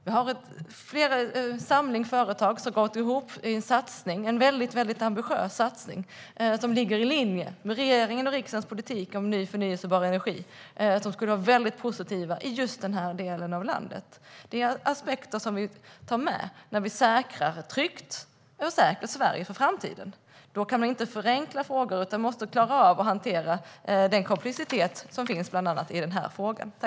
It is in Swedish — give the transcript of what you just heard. Vi har ett antal företag som har gått ihop i en väldigt ambitiös satsning som ligger i linje med regeringens och riksdagens politik för förnybar energi. Det skulle vara väldigt positivt i just denna del av landet. Detta är aspekter som vi tar med när vi säkrar ett tryggt och säkert Sverige för framtiden. Då kan vi inte förenkla frågor utan måste klara av att hantera den komplexitet som finns i bland annat denna fråga.